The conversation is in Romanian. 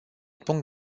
punct